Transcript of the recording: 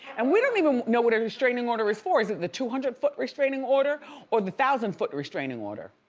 and we don't even know what a restraining order is for, is that the two hundred foot restraining order or the one thousand foot restraining order?